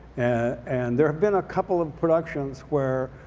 and there have been a couple of productions where